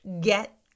get